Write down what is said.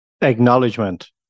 acknowledgement